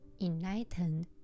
enlightened